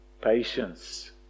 Patience